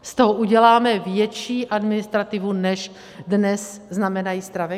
Z toho uděláme větší administrativu, než dnes znamenají stravenky.